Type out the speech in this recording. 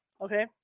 Okay